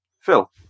Phil